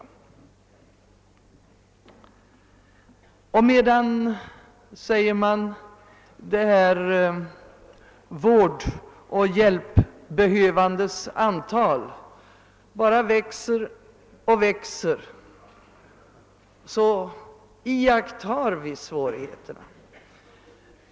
Medan, säger man, de vårdoch hjälpbehövandes antal bara växer och växer, iakttar vi svårigheterna.